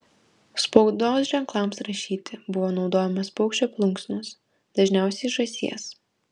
spaudos ženklams rašyti buvo naudojamos paukščio plunksnos dažniausiai žąsies